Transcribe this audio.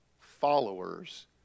followers